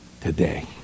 today